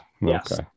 yes